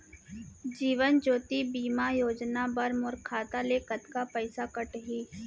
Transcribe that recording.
जीवन ज्योति बीमा योजना बर मोर खाता ले कतका पइसा कटही?